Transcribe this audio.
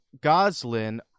Goslin